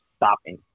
stopping